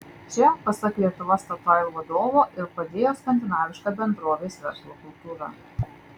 čia pasak lietuva statoil vadovo ir padėjo skandinaviška bendrovės verslo kultūra